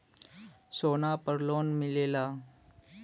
सोना पर लोन मिलेला?